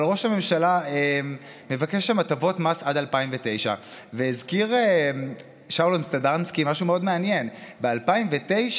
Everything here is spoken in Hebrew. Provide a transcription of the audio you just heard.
אבל ראש הממשלה מבקש שם הטבות מס עד 2009. הזכיר שאול אמסטרדמסקי משהו מאוד מעניין: ב-2009